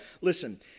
listen